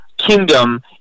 kingdom